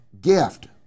gift